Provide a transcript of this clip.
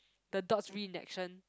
the dots reenaction